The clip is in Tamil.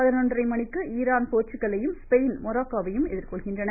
பதினொன்றரை மணிக்கு ஈரான் போர்ச்சுகலையும் ஸ்பெயின் மொராக்கோ வையும் எதிர்கொள்கின்றன